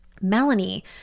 Melanie